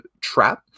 trap